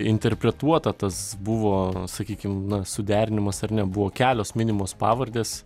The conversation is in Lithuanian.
interpretuota tas buvo sakykim na suderinimas ar ne buvo kelios minimos pavardės